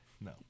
No